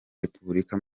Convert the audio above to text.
repubulika